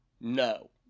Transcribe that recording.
no